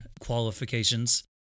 qualifications